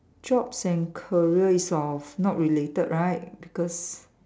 jobs and career is of not related right because